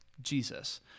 Jesus